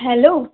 hello